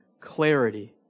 clarity